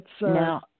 Now